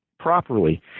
Properly